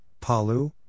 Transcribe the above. Palu